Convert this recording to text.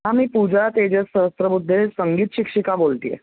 हां मी पूजा तेजस सहस्रबुद्धे संगीत शिक्षिका बोलते आहे